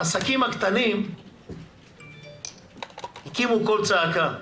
העסקים הקטנים הקימו קול צעקה,